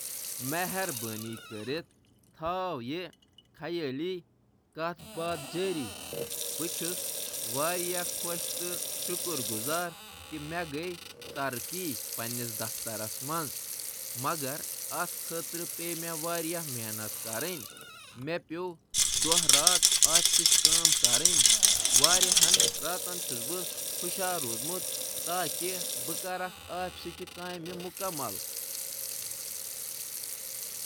مہربٲنی کٔرِتھ کٔرِو یہِ خیٲلی کَتھ باتھ جٲری: "مےٚ مِلیوٚو پروموشن، یہِ چھُ حٲران، مےٚ کٔر سخٕت کٲم دۄہ رٲژ مےٚ دفترٕچ کٲم مُکمل۔